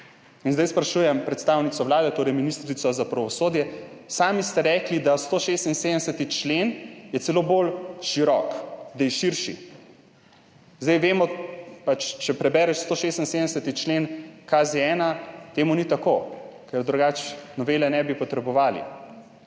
In zdaj sprašujem predstavnico Vlade, torej ministrico za pravosodje, sami ste rekli, da je 176. člen celo bolj širok, da je širši. Vemo, če prebereš 176. člen KZ-1, ni tako, ker drugače novele ne bi potrebovali.